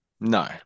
no